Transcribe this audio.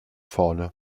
vorne